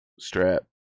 strap